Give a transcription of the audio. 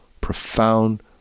profound